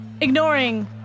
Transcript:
Ignoring